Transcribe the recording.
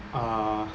ah